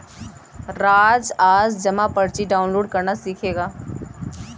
राज आज जमा पर्ची डाउनलोड करना सीखेगा